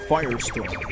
Firestorm